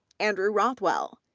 andrew rothwell,